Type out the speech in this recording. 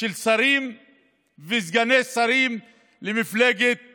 של שרים וסגני שרים למפלגת